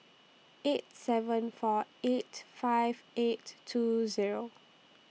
eight seven four eight five eight two Zero